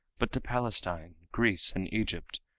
but to palestine, greece and egypt,